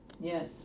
Yes